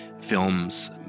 films